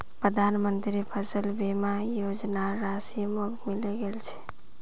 प्रधानमंत्री फसल बीमा योजनार राशि मोक मिले गेल छै